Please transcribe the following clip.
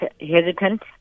hesitant